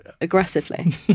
Aggressively